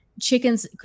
chickens